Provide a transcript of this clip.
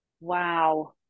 wow